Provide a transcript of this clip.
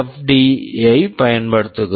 D STMFD ஐப் பயன்படுத்துகிறோம்